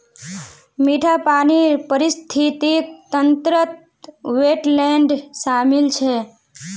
मीठा पानीर पारिस्थितिक तंत्रत वेट्लैन्ड शामिल छ